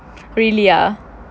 really ah